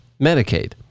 Medicaid